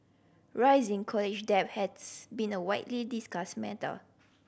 rising college debt has been a widely discussed matter